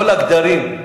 כל הגדרים,